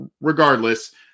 Regardless